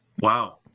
Wow